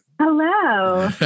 Hello